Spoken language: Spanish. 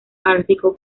ártico